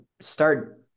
start